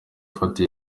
afata